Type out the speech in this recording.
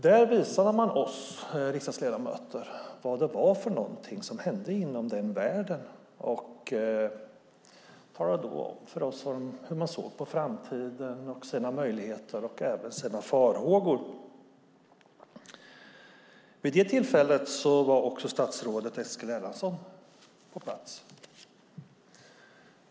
Där visade man oss riksdagsledamöter vad som händer inom hästvärlden och talade om framtiden, möjligheter och farhågor. Också statsrådet Eskil Erlandsson var på plats.